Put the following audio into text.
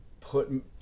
put